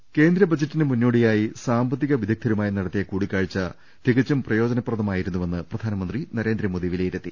P Dinesh കേന്ദ്രബജറ്റിന് മുന്നോടിയായി സാമ്പത്തിക വിദഗ്ദ്ധരു മായി നടത്തിയ കൂടിക്കാഴ്ച തികച്ചും പ്രയോജനപ്രദമാ യിരുന്നുവെന്ന് പ്രധാനമന്ത്രി നരേന്ദ്രമോദി വിലയിരുത്തി